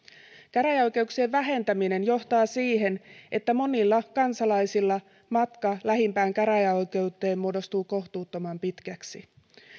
käräjäoikeuksien vähentäminen johtaa siihen että monilla kansalaisilla matka lähimpään käräjäoikeuteen muodostuu kohtuuttoman pitkäksi